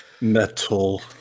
Metal